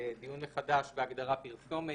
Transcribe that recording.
לדיון מחדש בהגדרה פרסומת.